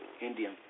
Indian